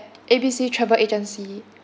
A B C travel agency